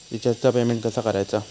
रिचार्जचा पेमेंट कसा करायचा?